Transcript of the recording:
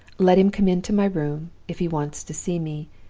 let him come into my room, if he wants to see me.